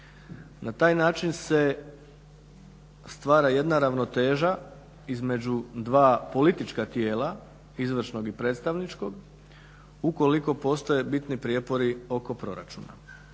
Na taj način se stvara jedna ravnoteža između dva politička tijela izvršnog i predstavničkog ukoliko postoje bitni prijepori oko proračuna.